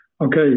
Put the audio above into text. Okay